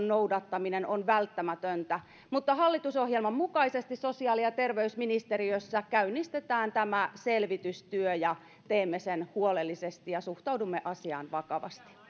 noudattaminen on välttämätöntä hallitusohjelman mukaisesti sosiaali ja terveysministeriössä käynnistetään tämä selvitystyö ja teemme sen huolellisesti ja suhtaudumme asiaan vakavasti